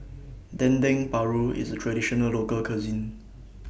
Dendeng Paru IS A Traditional Local Cuisine